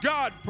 God